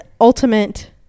ultimate